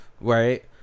Right